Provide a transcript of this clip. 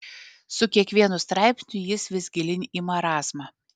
su kiekvienu straipsniu jis vis gilyn į marazmą